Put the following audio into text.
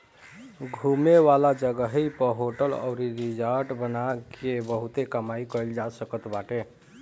घूमे वाला जगही पअ होटल अउरी रिजार्ट बना के बहुते कमाई कईल जा सकत बाटे